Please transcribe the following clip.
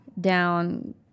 down